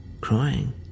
crying